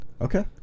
Okay